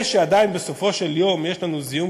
זה שעדיין בסופו של יום יש לנו זיהום